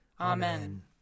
Amen